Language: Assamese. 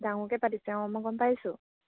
ডাঙৰকে পাতিছে অঁ মই গম পাইছোঁ